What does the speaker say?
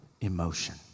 emotion